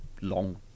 long